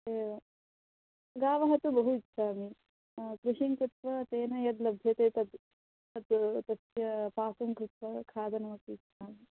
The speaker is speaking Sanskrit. एवं गावः तु बहु इच्छामि कृषिं कृत्वा तेन यद् लभ्यते तद् तत् तस्य पाकं कृत्वा खादनमपि इच्छामि